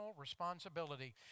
responsibility